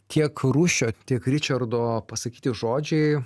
tiek rūsčio tiek ričardo pasakyti žodžiai